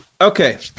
Okay